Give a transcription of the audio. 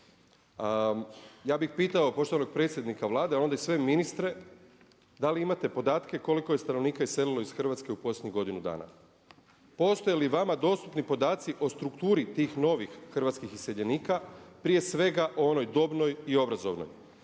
Ja bih pitao poštovanog predsjednika Vlade, a onda i sve ministre da li imate podatke koliko je stanovnika iselilo iz Hrvatske u posljednjih godinu dana? Postoje li vama dostupni podaci o strukturi tih novih hrvatskih iseljenika, prije svega o onoj dobnoj i onoj obrazovnoj?